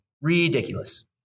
Ridiculous